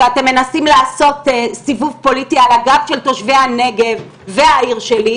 שאתם מנסים לעשות סיבוב פוליטי על הגב של תושבי הנגב והעיר שלי,